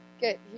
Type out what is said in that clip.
good